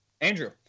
andrew